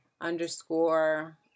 underscore